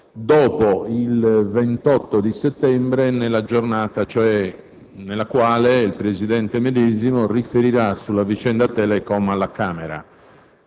dopo il 28 settembre, cioè la giornata nella quale il Presidente medesimo riferirà sulla vicenda Telecom alla Camera.